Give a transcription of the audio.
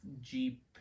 jeep